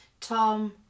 Tom